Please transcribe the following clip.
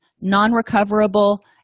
non-recoverable